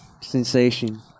sensation